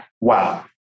Wow